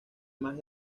más